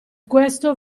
questo